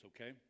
okay